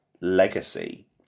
legacy